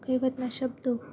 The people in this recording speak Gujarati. કહેવતના શબ્દો